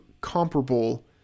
comparable